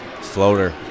floater